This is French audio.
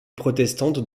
protestante